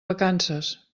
vacances